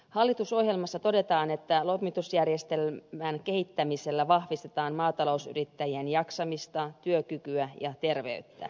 hallitusohjelmassa todetaan että lomitusjärjestelmän kehittämisellä vahvistetaan maatalousyrittäjien jaksamista työkykyä ja terveyttä